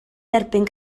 derbyn